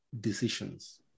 decisions